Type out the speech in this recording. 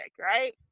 right